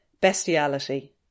Bestiality